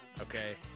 okay